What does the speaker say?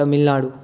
Tamil Nadu